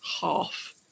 half